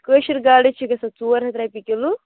کٲشر گاڈٕ چھِ گژھان ژور ہتھ رۄپیہِ کِلوٗ